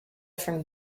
from